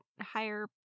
higher